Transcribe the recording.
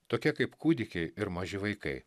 tokia kaip kūdikiai ir maži vaikai